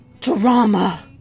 drama